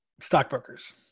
stockbrokers